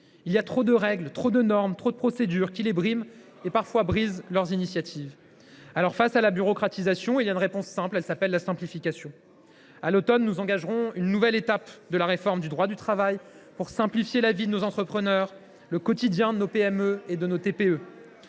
il y a trop de règles, trop de normes, trop de procédures qui les briment et, parfois, brisent leurs initiatives. Alors, face à la bureaucratisation, il y a une réponse simple : la simplification. À l’automne, nous engagerons une nouvelle étape de la réforme du droit du travail, pour simplifier la vie de nos entrepreneurs et le quotidien de nos TPE et PME.